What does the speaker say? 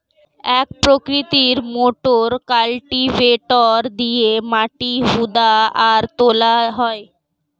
এক প্রকৃতির motor cultivator দিয়ে মাটি হুদা আর তোলা হয়